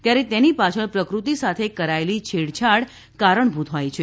ત્યારે તેની પ્રકૃતિ સાથે કરાયેલી છેડછાડ કારણભૂત હોય છે